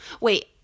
wait